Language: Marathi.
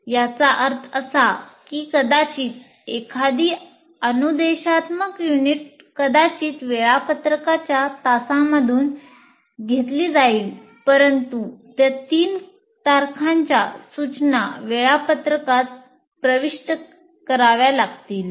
याचा अर्थ असा की कदाचित एखादी अनुदेशात्मक युनिट कदाचित वेळापत्रकाच्या तासांमधून घेतली जाईल परंतु त्या तीन तारखांच्या सूचना वेळापत्रकात प्रविष्ट कराव्या लागतील